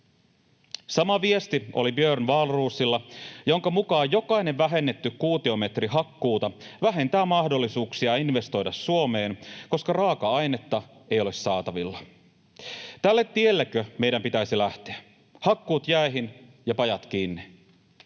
Sama viesti oli Björn Wahlroosilla, jonka mukaan jokainen vähennetty kuutiometri hakkuuta vähentää mahdollisuuksia investoida Suomeen, koska raaka-ainetta ei ole saatavilla. Tälle tiellekö meidän pitäisi lähteä: hakkuut jäihin ja pajat kiinni?